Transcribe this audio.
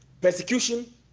persecution